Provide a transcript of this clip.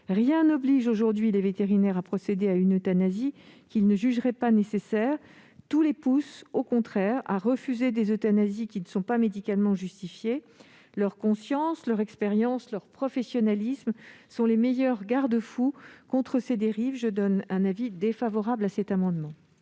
rien n'oblige aujourd'hui les vétérinaires à procéder à une euthanasie qu'ils ne jugeraient pas nécessaire. Tout les pousse, au contraire, à refuser des euthanasies qui ne sont pas médicalement justifiées ; leur conscience, leur expérience et leur professionnalisme demeurent les meilleurs garde-fous contre ces dérives. En conséquence, la commission émet un avis défavorable sur cet amendement.